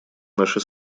наши